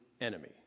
enemy